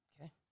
Okay